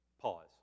Pause